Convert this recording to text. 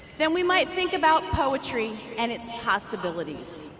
then we might think about poetry and its possibilities.